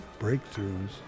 breakthroughs